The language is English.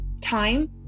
time